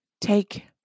take